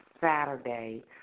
Saturday